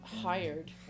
Hired